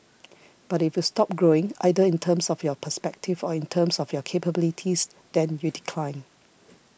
but if you stop growing either in terms of your perspective or in terms of your capabilities then you decline